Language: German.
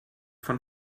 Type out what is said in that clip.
von